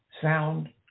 sound